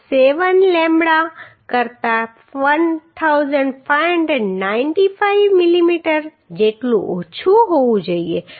7 lambda કરતાં 1595 millimetre જેટલું ઓછું હોવું જોઈએ